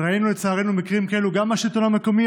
ראינו לצערנו מקרים כאלה גם בשלטון המקומי,